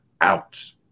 out